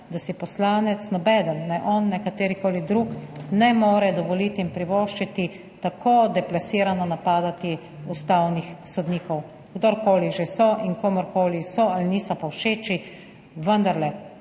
da si poslanec, nobeden, ne on ne katerikoli drug ne more dovoliti in privoščiti tako deplasirano napadati ustavnih sodnikov, kdorkoli že so in komurkoli so ali niso povšeči. Vendarle